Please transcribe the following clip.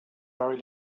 very